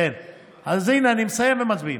אז הינה, אני מסיים ומצביעים.